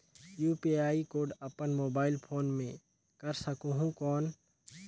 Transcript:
UPI code अपन mobile phone मे कर सकहुं कौन?